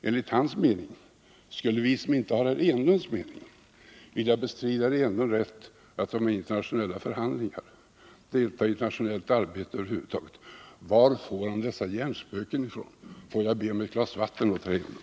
Enligt herr Enlunds mening skulle vi som inte har samma uppfattning som han vilja bestrida honom rätten att delta i internationella förhandlingar och att delta i internationellt arbete över huvud taget. Varifrån får han dessa hjärnspöken? Får jag be om ett glas vatten till herr Enlund?